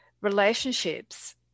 Relationships